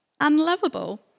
unlovable